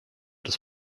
das